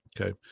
okay